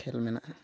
ᱠᱷᱮᱞ ᱢᱮᱱᱟᱜᱼᱟ